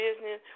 business